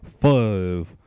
Five